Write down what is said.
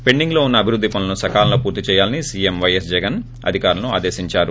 పెండింగ్లో ఉన్న అభివృద్ది పనులను సకాలంలో పూర్తి చేయాలని సీఎం వైఎస్ జగన్ అధికారులను ఆదేశించారు